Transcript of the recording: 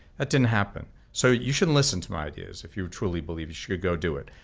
that didn't happen, so you shouldn't listen to my ideas. if you truly believe, you should go do it.